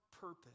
purpose